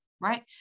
right